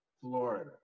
Florida